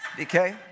okay